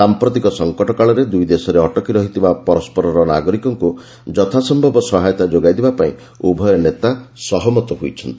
ସାମ୍ପ୍ରତିକ ସଂକଟ କାଳରେ ଦୁଇ ଦେଶରେ ଅଟକି ରହିଥିବା ପରସ୍କରର ନାଗରିକମାନଙ୍କୁ ଯଥାସ୍ୟବ ସହାୟତା ଯୋଗାଇ ଦେବା ପାଇଁ ଉଭୟ ନେତା ସହମତ ହୋଇଛନ୍ତି